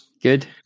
good